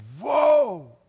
whoa